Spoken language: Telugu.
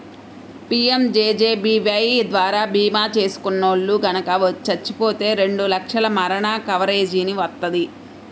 పీయంజేజేబీవై ద్వారా భీమా చేసుకున్నోల్లు గనక చచ్చిపోతే రెండు లక్షల మరణ కవరేజీని వత్తది